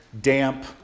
damp